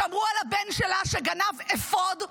שמרו על הבן שלה שגנב אפוד,